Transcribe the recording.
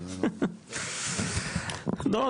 אבל --- לא,